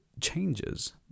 changes